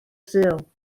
sul